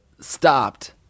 stopped